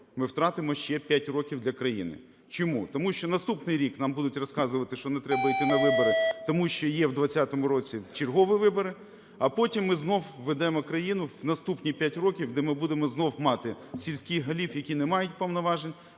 ми втратимо ще 5 років для країни. Чому? Тому що наступного року нам будуть розказувати, що не треба йти на вибори, тому що є в 2020 році чергові вибори, а потім ми знову введемо країну у наступні 5 років, де ми будемо знову мати сільських голів, які не мають повноважень,